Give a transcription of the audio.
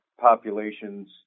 populations